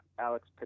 Alex